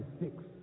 six